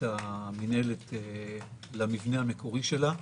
המינהלת למבנה המקורי שלה.